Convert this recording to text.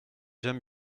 j’aime